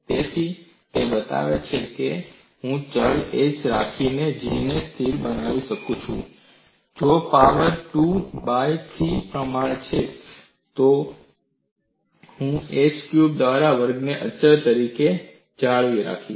તેથી તે બતાવે છે કે હું ચલ h રાખીને G ને સ્થિર બનાવી શકું છું જે પાવર 2 બાય 3 નું પ્રમાણ છે સારમાં હું h ક્યુબ દ્વારા વર્ગને અચળ તરીકે જાળવી રાખીશ